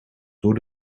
door